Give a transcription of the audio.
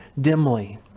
dimly